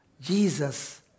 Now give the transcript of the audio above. Jesus